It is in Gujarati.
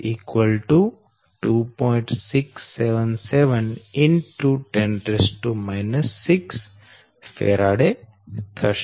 677 X 10 6 F થશે